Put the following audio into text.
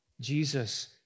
Jesus